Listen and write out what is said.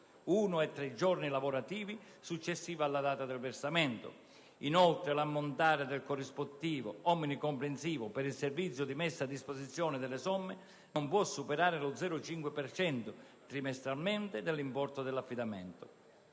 tre giorni lavorativi successivi alla data del versamento; inoltre, l'ammontare del corrispettivo omnicomprensivo per il servizio di messa a disposizione delle somme non può superare lo 0,5 per cento, trimestralmente, dell'importo dell'affidamento.